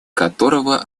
которого